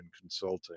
consulting